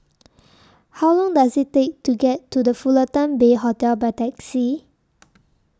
How Long Does IT Take to get to The Fullerton Bay Hotel By Taxi